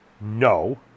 no